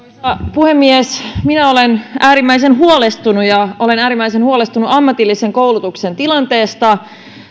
puhemies minä olen äärimmäisen huolestunut olen äärimmäisen huolestunut ammatillisen koulutuksen tilanteesta